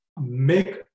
make